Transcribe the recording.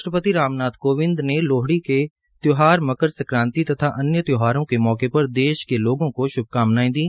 राष्ट्रपति राम नाम कोविंद ने लोहड़ी के त्यौहार मंकर संक्राती तथा अन्य त्यौहारों के मौके पर देश के लोगों को श्भकामनाएं दी